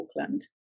Auckland